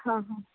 ಹಾಂ ಹಾಂ